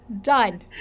Done